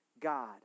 God